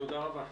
תודה רבה.